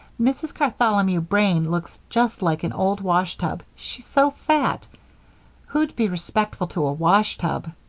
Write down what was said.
mrs. cartholomew brane looks just like an old washtub, she's so fat who'd be respectful to a washtub?